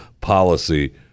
policy